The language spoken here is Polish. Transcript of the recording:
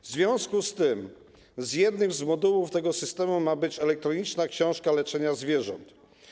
W związku z tym jednym z modułów tego systemu ma być elektroniczna książka leczenia zwierząt.